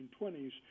1920s